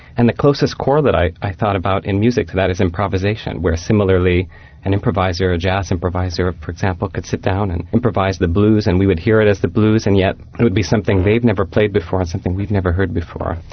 and the closest corollary that i i thought about in music to that is improvisation, where similarly an improviser, a jazz improviser for example, can sit down and improvise the blues and we would hear it as the blues and yet it would be something they'd never played before and something we've never heard before.